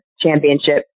championship